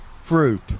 fruit